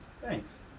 Thanks